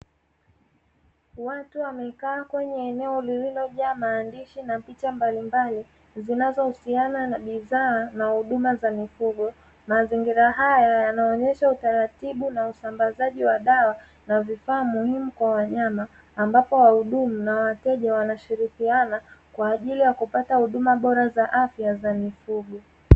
Watu wamekaa kwenye eneo lililo jaa maandishi na picha mbalimbali zinazohusiana na bidhaa na huduma za mifugo. Mazingira haya yanaonyesha utaratibu na usambazaji wa dawa na vifaa muhimu kwa wanyama, ambapo wahudumu na wateja wanashirikiana kwa ajili ya kupata huduma bora za afya za mifugo.